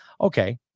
Okay